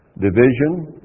division